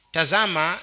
Tazama